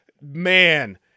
man